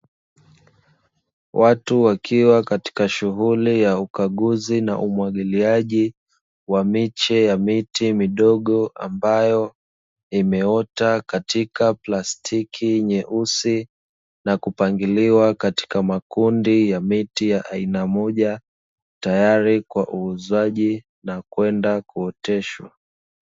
Watu wakiwa katika shughuli ya ukaguzi na umwagiliaji wa miche ya miti midogo, ambayo imeota katika plastiki nyeusi na kupangiliwa katika makundi ya miti ya aina moja, tayari kwa uuzaji na kwenda kuoteshwa.